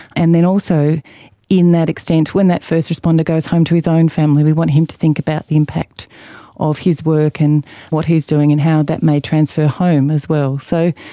and then also in that extent when that first responder goes home to his own family we want him to think about the impact of his work and what he's doing and how that may transfer home as well. so